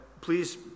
please